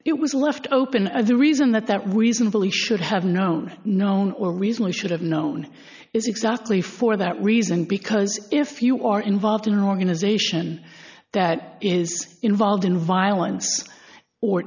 it was left open the reason that reasonably should have known known or recently should have known is exactly for that reason because if you are involved in an organization that is involved in violence or